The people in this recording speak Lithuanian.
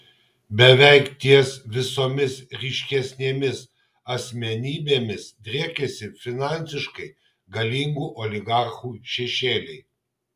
beveik ties visomis ryškesnėmis asmenybėmis driekiasi finansiškai galingų oligarchų šešėliai